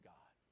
God